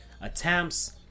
attempts